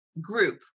group